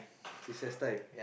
recess time